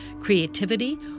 creativity